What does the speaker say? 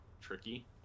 tricky